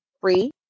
free